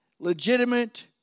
Legitimate